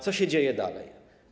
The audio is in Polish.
Co się dzieje dalej?